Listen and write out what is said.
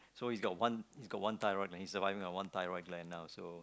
so he's got one thyroid gland he's surviving on one thyroid gland now so